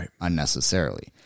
unnecessarily